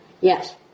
Yes